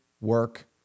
work